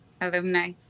alumni